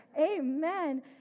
Amen